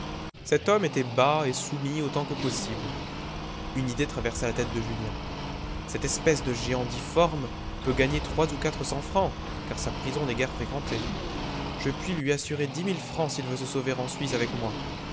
cet homme était bas et soumis autant que possible une idée traversa la tête de julien cette espèce de géant difforme peut gagner trois ou quatre cents francs car sa prison n'est guère fréquentée je puis lui assurer dix mille francs s'il veut se sauver en suisse avec moi